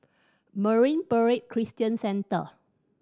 Marine Para Christian Centre